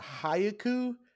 Hayaku